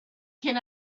can